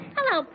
Hello